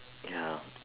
ya